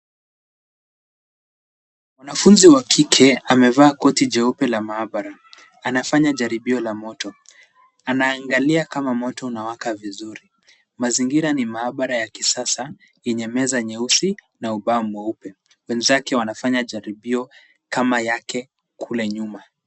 Mwanafunzi wa kike amevaa koti jeupe la maabara anafanya jaribio la moto. Anaangalia kama moto unawaka vizuri. Mazingira ni maabara ya kisasa yenye meza nyeusi na ubao mweupe. Wenzake wanafanya jaribio kama yake kule nyuma.